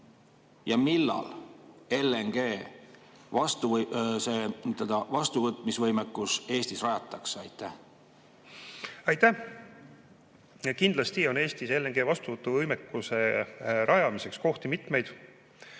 ja millal LNG vastuvõtmisvõimekus Eestis rajatakse? Aitäh! Kindlasti on Eestis LNG vastuvõtuvõimekuse rajamiseks mitmeid